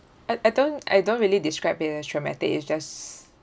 I I don't I don't really describe it as traumatic it's just